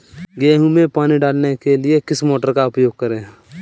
गेहूँ में पानी डालने के लिए किस मोटर का उपयोग करें?